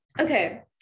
Okay